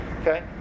Okay